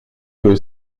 que